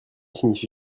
signifie